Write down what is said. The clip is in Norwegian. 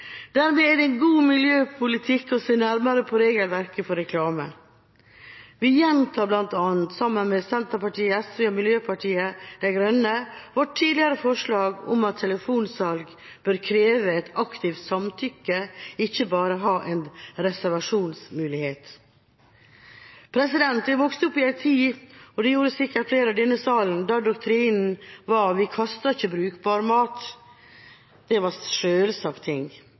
Dermed er det god miljøpolitikk å se nærmere på regelverket for reklame. Vi gjentar bl.a. – sammen med Senterpartiet, SV og Miljøpartiet De Grønne – vårt tidligere forslag om at telefonsalg bør kreve et aktivt samtykke, ikke bare ha en reservasjonsmulighet. Jeg vokste opp i en tid, som sikkert flere i denne sal, da doktrinen var «vi kaster ikke brukbar mat». Det var en selvsagt ting.